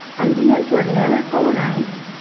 indians where never colonized,